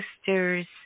sister's